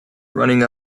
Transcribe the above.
running